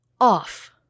off